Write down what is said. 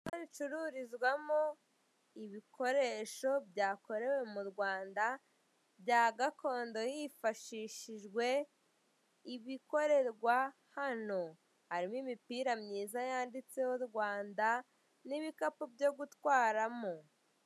Isoko ricururizwamo ibikoresho byakorewe mu Rwanda bya gakondo hifashishijwe, ibikorerwa hano. Harimo imipira myiza yanditseho Rwanda n'ibikapu byo gutwaramo.